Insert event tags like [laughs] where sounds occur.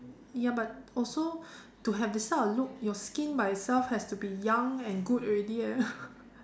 ya but also to have this type of look your skin by itself has to be young and good already eh [laughs]